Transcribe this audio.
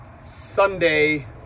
Sunday